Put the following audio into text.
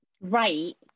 right